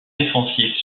défensifs